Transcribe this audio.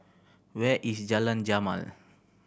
where is Jalan Jamal